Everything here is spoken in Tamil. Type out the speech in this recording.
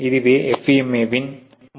இதுவே FMEA வின் முழு பயன்பாடு ஆகும்